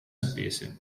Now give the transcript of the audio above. spese